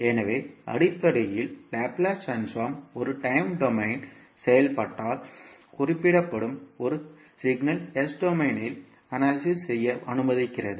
எனவே அடிப்படையில் Laplace transform ஒரு டைம் டொமைன் செயல்பாட்டால் குறிப்பிடப்படும் ஒரு சமிக்ஞையை S டொமைனில் அனாலிசிஸ் செய்ய அனுமதிக்கிறது